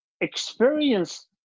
experience